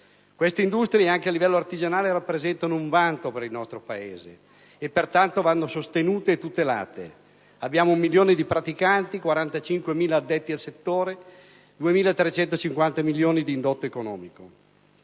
Queste industrie, anche a livello artigianale, rappresentano un vanto per il nostro Paese e pertanto vanno sostenute e tutelate. Abbiamo un milione di praticanti, 45.000 addetti al settore e 2.350 milioni di indotto economico.